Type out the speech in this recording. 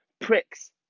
pricks